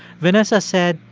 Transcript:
vanessa said,